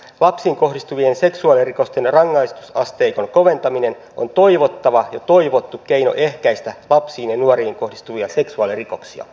lapsiin kohdistuvien seksuaalirikosten rangaistusasteikon koventaminen on toivottava ja toivottu keino ehkäistä lapsiin ja nuoriin kohdistuvia seksuaalirikoksia